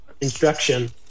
instruction